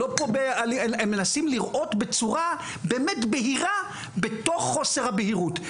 הם מנסים לראות בצורה בהירה בתוך חוסר הבהירות,